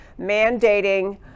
mandating